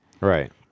Right